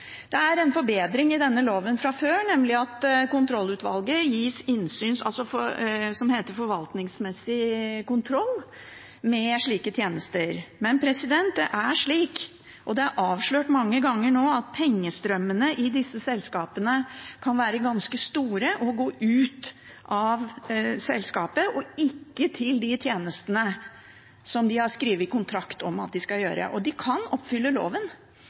Det er en forbedring i denne loven fra før, nemlig at kontrollutvalget gis innsyn – det som heter forvaltningsmessig kontroll med slike tjenester. Men det er slik – og det er avslørt mange ganger nå – at pengestrømmene i disse selskapene kan være ganske store og kan gå ut av selskapet og ikke til de tjenestene som de har skrevet kontrakt om at de skal gjøre. De kan oppfylle loven